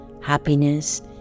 happiness